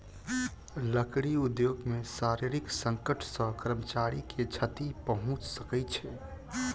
लकड़ी उद्योग मे शारीरिक संकट सॅ कर्मचारी के क्षति पहुंच सकै छै